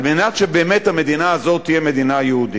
על מנת שבאמת המדינה הזאת תהיה מדינה יהודית.